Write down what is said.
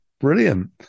Brilliant